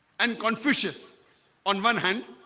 and confucius on one hand